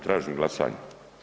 Tražim glasanje.